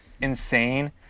insane